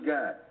God